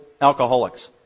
alcoholics